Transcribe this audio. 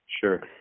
Sure